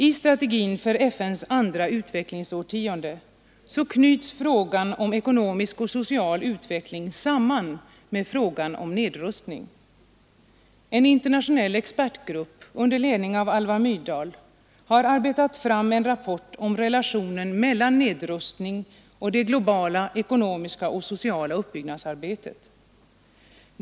I strategin för FN:s andra utvecklingsårtionde knyts frågan om ekonomisk och social utveckling samman med frågan om nedrustning. En internationell expertgrupp under ledning av Alva Myrdal har arbetat fram en rapport om relationen mellan nedrustning och det globala ekonomiska och sociala uppbyggnadsarbetet.